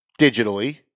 digitally